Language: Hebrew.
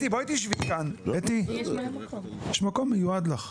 אתי, בואי תשבי כאן, יש מקום מיועד לי.